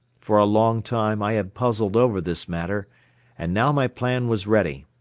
for a long time i had puzzled over this matter and now my plan was ready.